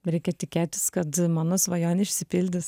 reikia tikėtis kad mano svajonė išsipildys